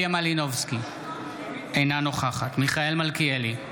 מלינובסקי, אינה נוכחת מיכאל מלכיאלי,